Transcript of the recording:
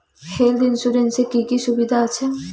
Health insurance এ কি কি সুবিধা আছে?